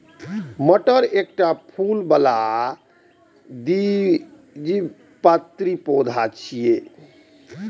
मटर एकटा फूल बला द्विबीजपत्री पौधा छियै